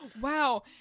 Wow